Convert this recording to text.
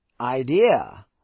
idea